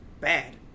bad